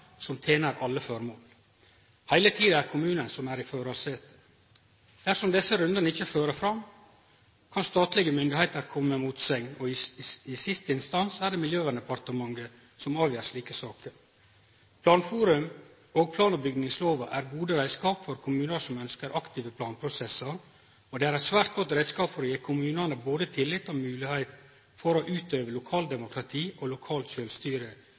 som tener alle føremål. Heile tida er det kommunen som er i førarsetet. Dersom desse rundane ikkje fører fram, kan statlege myndigheiter kome med motsegn, og i siste instans er det Miljøverndepartementet som avgjer slike saker. Planforum og plan- og bygningslova er gode reiskap for kommunar som ønskjer aktive planprosessar, og det er eit svært godt reiskap for å gje kommunane både tillit og moglegheiter for å utøve lokaldemokrati og lokalt sjølvstyre